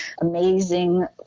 amazing